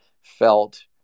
felt